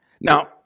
Now